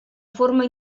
forma